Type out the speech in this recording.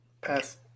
Pass